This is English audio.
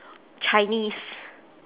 chinese